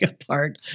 apart